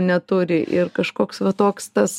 neturi ir kažkoks va toks tas